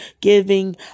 giving